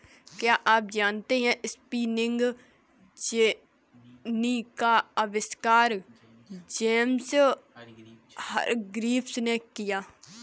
क्या आप जानते है स्पिनिंग जेनी का आविष्कार जेम्स हरग्रीव्ज ने किया?